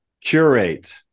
curate